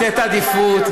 החוק אומר שצריך לתת עדיפות,